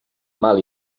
mal